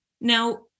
Now